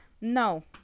No